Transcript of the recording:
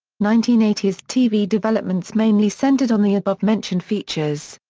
nineteen eighty s tv developments mainly centered on the above-mentioned features.